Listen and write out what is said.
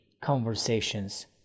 conversations